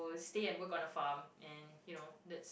stay and work on the farm and you know that